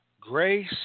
grace